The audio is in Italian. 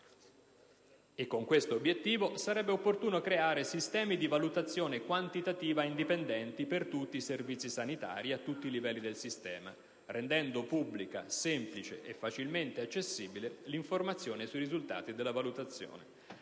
e con questo obiettivo, sarebbe opportuno creare sistemi di valutazione quantitativa indipendente per tutti i servizi sanitari, a tutti i livelli del sistema, rendendo pubblica, semplice e facilmente accessibile l'informazione sui risultati delle valutazioni;